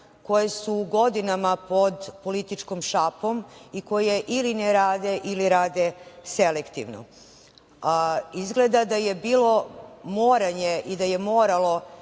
koje su godina pod političkom šapom i koje ili ne rade ili rade selektivno. Izgleda da je bilo moranje i da je moralo